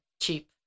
Cheap